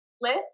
list